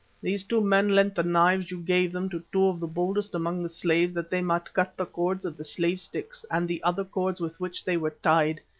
these two men lent the knives you gave them to two of the boldest among the slaves that they might cut the cords of the slave-sticks and the other cords with which they were tied,